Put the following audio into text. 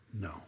No